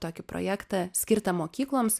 tokį projektą skirtą mokykloms